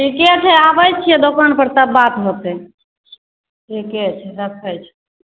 ठीके छै आबै छियै दोकान पर तब बात होतै ठीके छै रखै छी